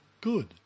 good